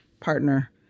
partner